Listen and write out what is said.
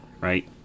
right